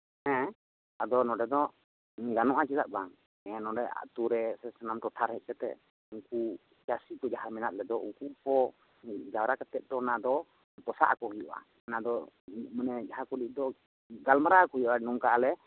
ᱟᱫᱚ ᱱᱚᱜᱮ ᱫᱚ ᱜᱟᱱᱚᱜᱼᱟ ᱪᱮᱫᱟᱜ ᱵᱟᱝ ᱱᱚᱰᱮ ᱟᱹᱛᱩ ᱨᱮ ᱥᱟᱱᱟᱢ ᱴᱚᱴᱷᱟ ᱨᱮ ᱦᱮᱡ ᱠᱟᱛᱮᱫ ᱩᱱᱠᱩ ᱪᱟᱹᱥᱤ ᱠᱚ ᱡᱟᱦᱟᱭ ᱠᱚ ᱢᱮᱱᱟᱜ ᱞᱮᱫᱚ ᱩᱱᱠᱩ ᱠᱚ ᱡᱟᱣᱨᱟ ᱠᱟᱛᱮ ᱛᱚ ᱚᱱᱟ ᱫᱚ ᱯᱚᱥᱟᱜ ᱟᱠᱚ ᱦᱩᱭᱩᱜᱼᱟ ᱚᱱᱟᱫᱚ ᱢᱟᱱᱮ ᱡᱟᱦᱟ ᱜᱟᱞᱢᱟᱨᱟᱣ ᱟᱠᱚ ᱦᱩᱭᱩᱜᱼᱟ ᱱᱚᱝᱠᱟ ᱟᱞᱮ